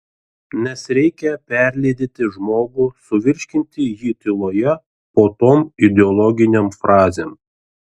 nes reikia perlydyti žmogų suvirškinti jį tyloje po tom ideologinėm frazėm